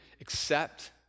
accept